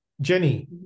Jenny